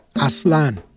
Aslan